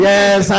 Yes